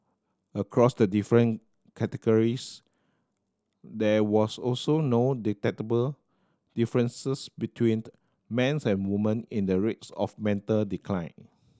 across the different categories there was also no detectable differences between man's and woman in the rates of mental decline